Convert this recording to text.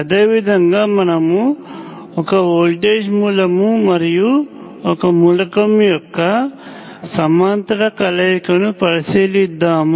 అదేవిధంగా మనము ఒక వోల్టేజ్ మూలం మరియు ఒక మూలకం యొక్క సమాంతర కలయికను పరిశీలిద్దాము